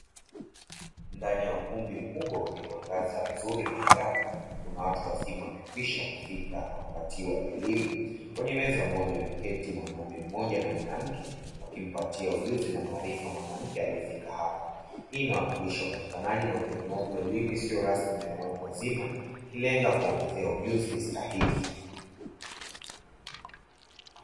Ndani ya ukumbi mkubwa wenye mwangaza mzuri na angavu, kuna watu wazima wamekwisha kufika na kupatiwa elimu, kwenye meza moja ameketi mwanaume mmoja na mwanamke, akimpatia ujuzi na maarifa mwanamke aliyefika hapo. Hii inawakilisha utoaji na utoaji wa elimu isiyo rasmi na ya watu wazima, kilenga kuongezea ujuzi stahiki.